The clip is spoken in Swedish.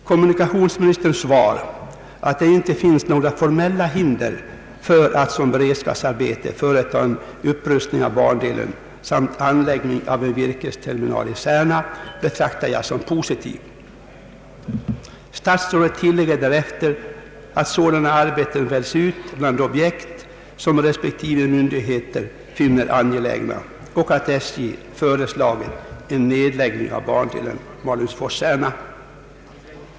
Kommunikationsministerns svar, att det inte finns några formella hinder för att såsom beredskapsarbete företa en upprustning av bandelen samt anlägga en virkesterminal i Särna, betraktar jag såsom positivt. Statsrådet tillägger därefter att sådana arbeten väljs ut bland objekt som respektive myndigheter finner angelägna och att SJ har föreslagit en nedläggning av bandelen Malungsfors— Särna.